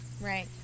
Right